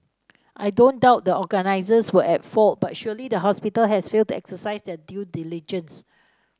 I don't doubt the organizers were at fault but surely the hospital has failed to exercise their due diligence